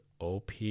OP